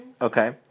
Okay